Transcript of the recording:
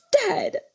dead